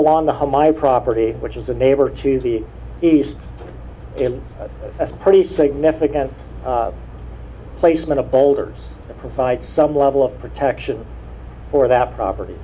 along the whole my property which is the neighbor to the east that's pretty significant placement of boulders provide some level of protection for that property